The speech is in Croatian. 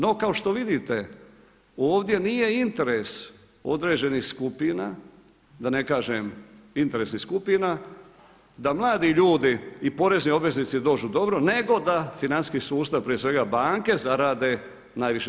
No, kao što vidite ovdje nije interes određenih skupina da ne kažem interesnih skupina da mladi ljudi i porezni obveznici dođu dobro, nego da financijski sustav prije svega banke zarade najviše.